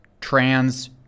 trans